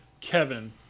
Kevin